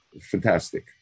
fantastic